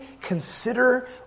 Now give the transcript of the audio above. consider